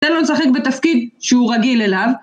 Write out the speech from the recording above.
תן לו לשחק בתפקיד שהוא רגיל אליו